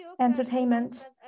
entertainment